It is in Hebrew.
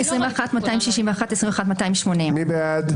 21,421 עד 21,440. מי בעד?